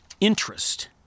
interest